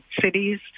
cities